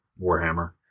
warhammer